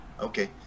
okay